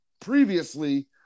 previously